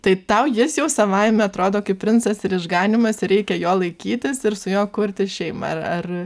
tai tau jis jau savaime atrodo kaip princas ir išganymas reikia jo laikytis ir su juo kurti šeimą ar ar